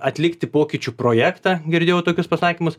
atlikti pokyčių projektą girdėjau tokius pasakymus